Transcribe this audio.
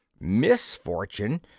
Misfortune